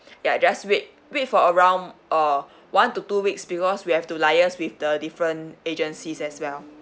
yeah just wait wait for around uh one to two weeks because we have to liaise with the different agencies as well